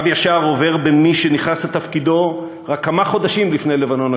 קו ישר עובר בין מי שנכנס לתפקידו רק כמה חודשים לפני מלחמת לבנון